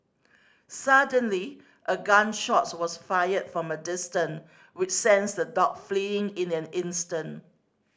suddenly a gun shot was fired from a distant which sends the dog fleeing in an instant